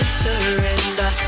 surrender